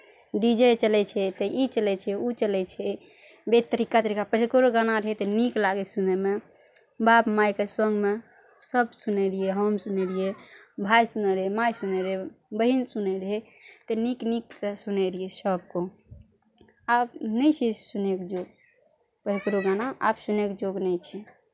डीज चलै छै तऽ ई चलै छै ओ चलै छै बे तरीका तरीका पहिलो गाना रहै तऽ नीक लागै सुनैमे बाप माइके साँगमे सभ सुनै रहियै हम सुनै रहियै भाइ सुनै रहै माइ सुनै रहै बहिन सुनै रहै तऽ नीक नीक सऽ सुनै रहियै सभको आब नै छै सुनैके जोग पहिलो गाना आब सुनै के जोग नै छै